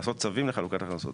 לעשות צווים לחלוקת הכנסות,